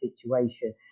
situation